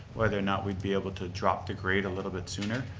whether or not we'd be able to drop the grate a little bit sooner,